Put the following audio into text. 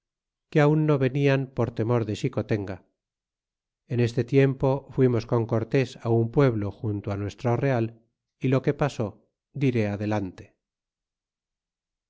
que aun no venian por temor de xicotenga en este tiempo fuimos con cortés á un pueblo junto a nuestro real y lo que pasó dire adelante